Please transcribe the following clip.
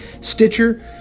Stitcher